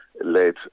led